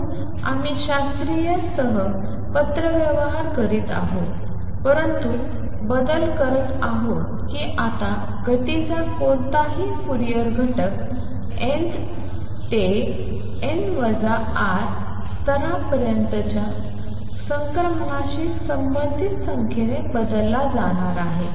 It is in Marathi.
म्हणून आम्ही शास्त्रीय सह पत्रव्यवहार करत आहोत परंतु बदल करत आहोत की आता गतीचा कोणताही फूरियर घटक n th ते n τ स्तरापर्यंतच्या संक्रमणाशी संबंधित संख्येने बदलला जाणार आहे